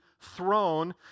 throne